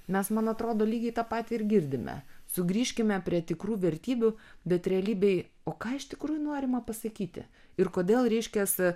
mes man atrodo lygiai tą patį ir girdime sugrįžkime prie tikrų vertybių bet realybėj o ką iš tikrųjų norima pasakyti ir kodėl reiškias